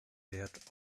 wert